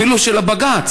אפילו של בג"ץ,